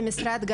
למשרד,